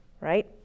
Right